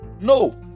No